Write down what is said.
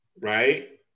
right